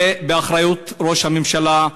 זה באחריות ראש הממשלה,